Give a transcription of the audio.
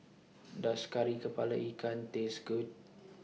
Does Kari Kepala Ikan Taste Good